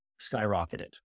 skyrocketed